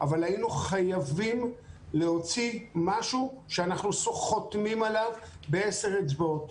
אבל היינו חייבים להוציא משהו שאנחנו חותמים עליו בעשר אצבעות,